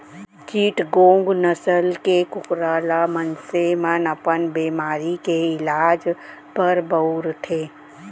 चिटगोंग नसल के कुकरा ल मनसे मन अपन बेमारी के इलाज बर बउरथे